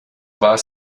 war